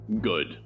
good